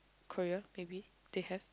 Korea maybe they have